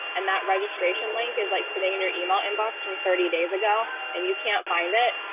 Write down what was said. and that registration link is like sitting in your email inbox from thirty days ago, and you can't find it.